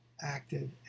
acted